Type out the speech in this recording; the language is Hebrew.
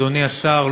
אדוני השר,